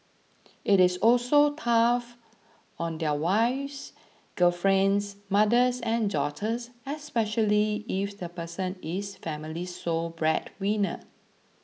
it is also tough on their wives girlfriends mothers and daughters especially if the person is the family's sole breadwinner